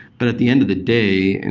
but at the end of the day, and